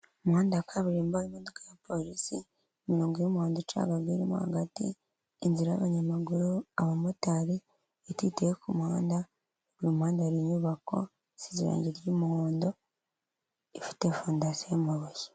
Umuhanda wa kaburimbo imodoka ya polisi, imirongo y'umuhondo icamo hagati, inzira y'abanyamaguru, abamotari, ibiti biteye muhanda iruhande, hari inyubako z'irangi ry'umuhondo ifite fondasiyo y'amabuye.